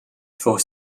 for